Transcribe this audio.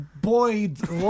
Boyd